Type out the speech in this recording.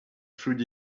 through